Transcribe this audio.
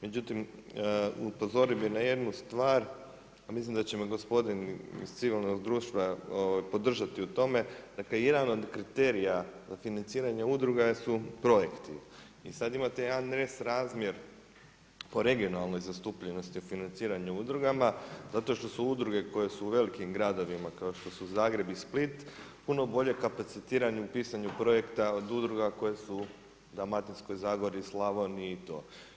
Međutim upozorio bi na jednu stvar, mislim da će me gospodin iz civilnog društva podržati u tome, dakle jedan od kriterija za financiranje udruga su projekti i sad imate jedan nesrazmjer po regionalnoj zastupljenosti o financiranju udrugama zato što su udruge koje su u velikim gradovima kao što su Zagreb i Split, puno bolje kapacitirani u pisanju projekta od udruga koje su u Dalmatinskoj zagori, Slavoniji i to.